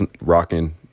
rocking